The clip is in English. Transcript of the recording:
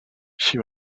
she